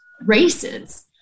races